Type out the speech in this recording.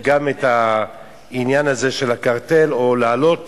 גם את העניין הזה של הקרטל, או לעלות